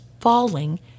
falling